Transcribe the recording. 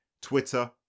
Twitter